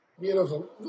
Beautiful